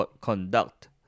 conduct